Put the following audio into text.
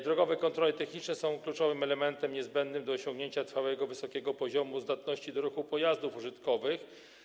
Drogowe kontrole techniczne są kluczowym elementem niezbędnym do osiągnięcia trwałego wysokiego poziomu zdatności do ruchu pojazdów użytkowych.